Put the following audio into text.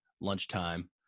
lunchtime